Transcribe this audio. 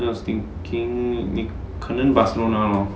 I was thinking 你可能 barcelona lor